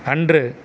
அன்று